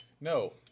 No